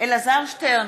אלעזר שטרן,